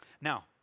Now